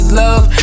love